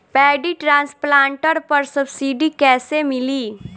Paddy transplanter पर subsidy कैसे मिली?